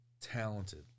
talented